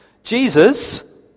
Jesus